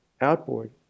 outboard